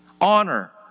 honor